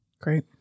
Great